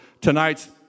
tonight's